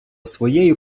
своєю